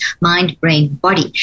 mind-brain-body